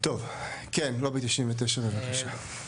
טוב, לובי 99 בבקשה?